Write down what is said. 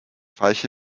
falsche